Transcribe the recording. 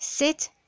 Sit